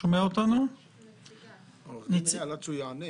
נמצא אתנו נציג התנועה לאיכות השלטון.